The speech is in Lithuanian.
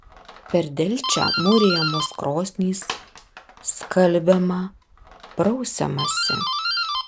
per delčią mūrijamos krosnys skalbiama prausiamasi